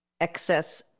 excess